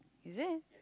is it